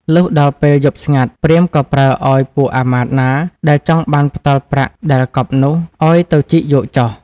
លុះដល់ពេលយប់ស្ងាត់ ព្រាហ្មណ៍ក៏ប្រើឲ្យពួកអាមាត្យណាដែលចង់បានផ្ដិលប្រាក់ដែលកប់នោះ ឲ្យទៅជីកយកចុះ។